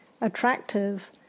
attractive